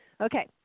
Okay